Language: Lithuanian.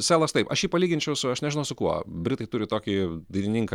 selas taip aš jį palyginčiau su aš nežinau su kuo britai turi tokį dainininką